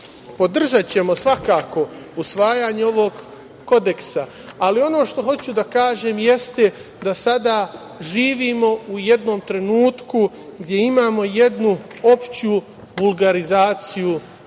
Podržaćemo svakako usvajanje ovog kodeksa. Ono što hoću da kažem jeste da sada živimo u jednom trenutku gde imamo jednu opštu vulgarizaciju